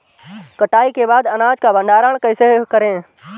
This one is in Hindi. कटाई के बाद अनाज का भंडारण कैसे करें?